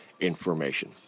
information